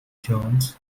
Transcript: jones